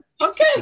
Okay